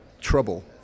trouble